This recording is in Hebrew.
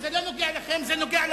זה פגיעה